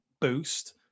boost